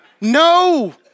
No